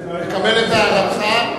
אני מקבל את הערתך.